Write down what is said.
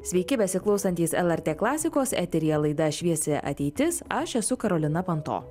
sveiki besiklausantys lrt klasikos eteryje laida šviesi ateitis aš esu karolina panto